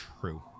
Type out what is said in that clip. true